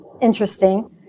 interesting